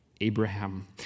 Abraham